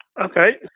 Okay